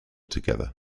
together